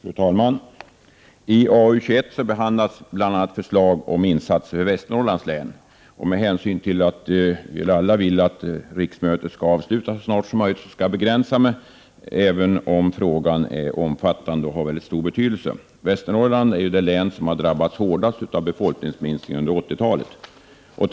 Fru talman! I arbetsmarknadsutskottets betänkande 21 behandlas bl.a. förslag om insatser för Västernorrlands län. Med hänsyn till att vi alla vill att riksmötet skall avslutas så snart som möjligt skall jag begränsa mig, även om frågan är omfattande och har mycket stor betydelse. Västernorrland är det län som har drabbats hårdast av befolkningsminskningen under 1980-talet.